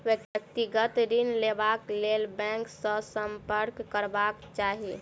व्यक्तिगत ऋण लेबाक लेल बैंक सॅ सम्पर्क करबाक चाही